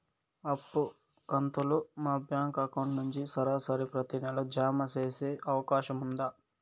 అప్పు కంతులు మా బ్యాంకు అకౌంట్ నుంచి సరాసరి ప్రతి నెల జామ సేసే అవకాశం ఉందా?